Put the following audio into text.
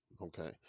Okay